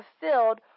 fulfilled